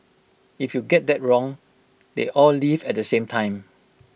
if you get that wrong they all leave at the same time